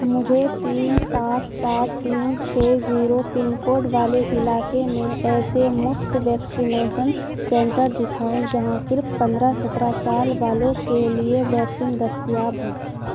مجھے تین سات سات تین چھ زیرو پن کوڈ والے علاقے میں ایسے مفت ویکشینیسن سینٹر دکھاؤ جہاں صرف پندرہ سترہ سال والوں کے لیے ویکسین دستیاب ہو